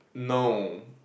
no